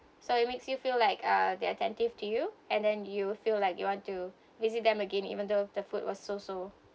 so it makes you feel like uh they're attentive to you and then you feel like you want to visit them again even though the food was so so